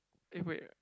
eh wait